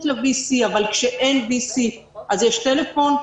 ל-וי-סי אבל כאשר אין וי-סי אז יש טלפון.